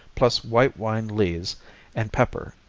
plus white wine lees and pepper.